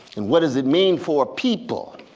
and what does it mean for a people